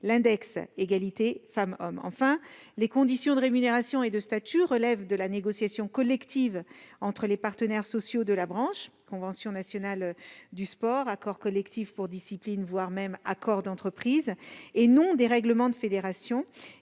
l'index de l'égalité femmes-hommes. Enfin, les conditions de rémunération et de statut relèvent de la négociation collective entre les partenaires sociaux de la branche- convention nationale du sport, accords collectifs par discipline, voire même accords d'entreprise -et non des règlements des fédérations.